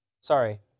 Sorry